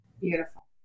Beautiful